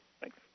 Thanks